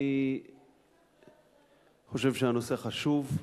אני חושב שהנושא חשוב.